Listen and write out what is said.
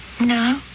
No